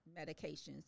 medications